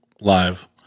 live